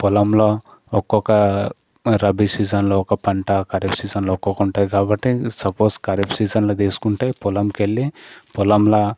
పొలంలో ఒకొక రబీ సీజన్లో ఒక పంట ఖరీఫ్ సీజన్లో ఒకోటుంటాయి కాబట్టి సపోజ్ ఖరీఫ్ సీజన్లో తీసుకుంటే పొలంకెళ్ళి పొలంలో